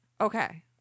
Okay